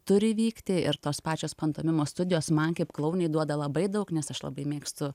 turi vykti ir tos pačios pantomimos studijos man kaip klounei duoda labai daug nes aš labai mėgstu